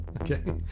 Okay